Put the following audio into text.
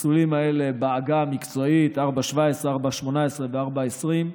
המסלולים האלה, בעגה המקצועית 4.17, 4.18 ו-4.20,